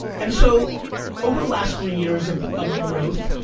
and so over the last three years of of growth,